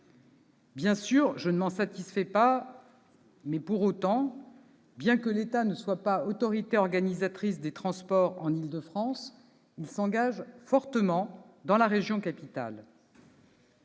Bien sûr, je ne m'en satisfais pas, et l'État, même s'il n'est pas autorité organisatrice des transports en Île-de-France, s'engage fortement dans la région capitale.